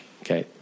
Okay